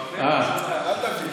אל תביך.